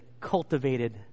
cultivated